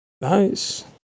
Nice